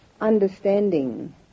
understanding